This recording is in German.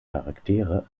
charaktere